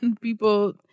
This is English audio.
people